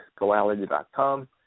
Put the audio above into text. goality.com